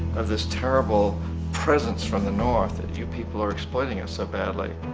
of this terrible presence from the north. and you people are exploiting us so badly.